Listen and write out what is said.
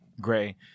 gray